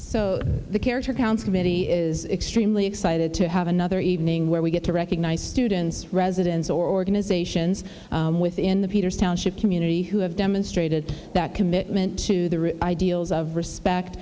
so the character counts committee is extremely excited to have another evening where we get to recognize students residents or organizations within the community who have demonstrated that commitment to the ideals of respect